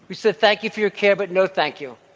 we said, thank you for your care, but no thank you.